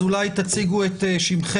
אז אולי תציגו את שמכם.